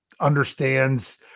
understands